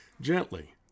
Gently